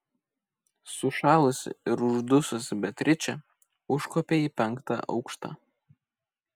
sušalusi ir uždususi beatričė užkopė į penktą aukštą